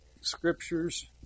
Scriptures